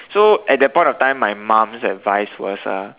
so at that point of time my mom's advice was uh